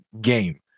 game